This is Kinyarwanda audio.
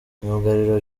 myugariro